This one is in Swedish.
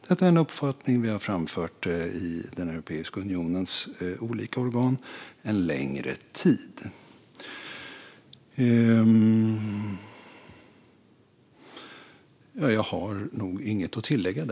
Detta är en uppfattning som vi har framfört i Europeiska unionens olika organ en längre tid.